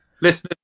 listen